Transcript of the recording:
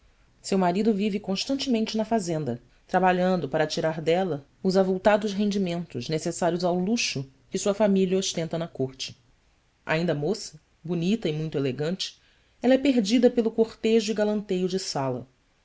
seu marido vive constantemente na fazenda trabalhando para tirar dela os avultados rendimentos necessários ao luxo que sua família ostenta na corte ainda moça bonita e muito elegante ela é perdida pelo cortejo e galanteio de sala